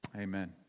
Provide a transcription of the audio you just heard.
amen